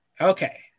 Okay